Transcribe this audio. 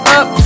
up